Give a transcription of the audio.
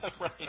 Right